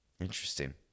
interesting